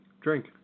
Drink